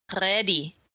Ready